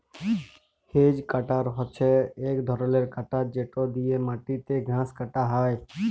hedge cutter হছে ইক ধরলের কাটার যেট দিঁয়ে মাটিতে ঘাঁস কাটা হ্যয়